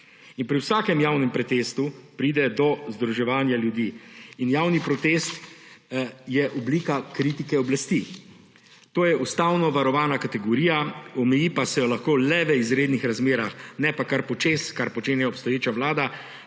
pri vsakem javnem protestu pride do združevanja ljudi in javni protest je oblika kritike oblasti. To je ustavno varovana kategorija, omeji pa se jo lahko le v izrednih razmerah, ne pa kar počez, kar počenja obstoječa vlada,